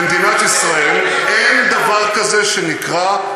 במדינת ישראל אין דבר כזה שנקרא,